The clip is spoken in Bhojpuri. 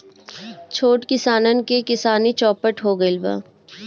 छोट किसानन क किसानी चौपट हो गइल बा